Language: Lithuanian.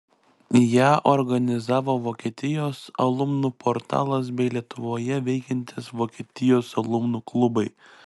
ją organizavo vokietijos alumnų portalas bei lietuvoje veikiantys vokietijos alumnų klubai